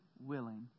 willing